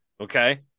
okay